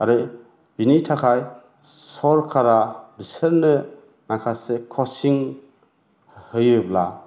आरो बिनि थाखाय सरकारा बिसोरनो माखासे कसिं होयोब्ला